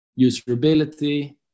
usability